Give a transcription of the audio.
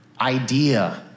idea